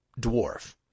dwarf